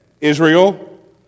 Israel